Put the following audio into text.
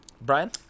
Brian